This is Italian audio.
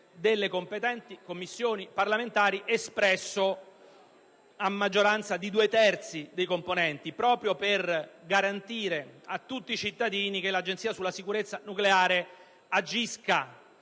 delle competenti Commissioni parlamentari espresso a maggioranza di due terzi dei componenti, proprio per garantire a tutti cittadini che l'Agenzia sulla sicurezza nucleare agisca